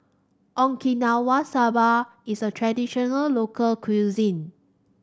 Okinawa Soba is a traditional local cuisine